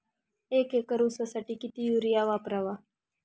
एक एकर ऊसासाठी किती युरिया वापरावा?